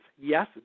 Yes